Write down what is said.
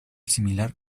similar